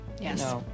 Yes